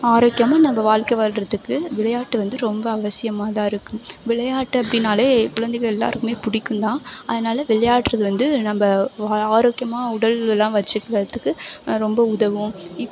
ஆரோக்கியமாக நம்ம வாழ்க்கை வாழ்கிறத்துக்கு விளையாட்டு வந்து ரொம்ப அவசியமாக தான் இருக்கும் விளையாட்டு அப்படினாலே குழந்தைகள் எல்லோருக்குமே பிடிக்குந்தான் அதனால விளையாடுறது வந்து நம்ம ஆரோக்கியமாக உடல்லாம் வச்சுக்கிறதுக்கு ரொம்ப உதவும்